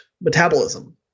metabolism